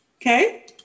Okay